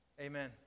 Amen